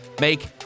Make